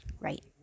right